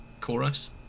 chorus